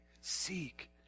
seek